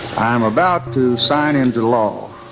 i am about to sign into law